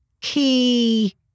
key